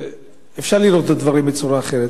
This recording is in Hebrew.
אפשר לראות את הדברים בצורה אחרת.